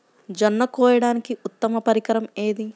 జొన్న కోయడానికి ఉత్తమ పరికరం ఏది?